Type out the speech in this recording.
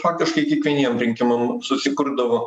faktiškai kiekvieniem rinkimam susikurdavo